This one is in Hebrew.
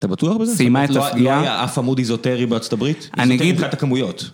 אתה בטוח בזה? סיימה את תפקידה. לא היה אף עמוד איזוטרי בארצות הברית? אני אגיד... איזוטרי מבחינת כמויות.